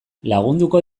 lagunduko